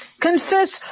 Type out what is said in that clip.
Confess